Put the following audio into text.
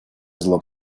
зло